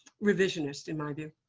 revisionist, in my view.